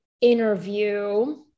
interview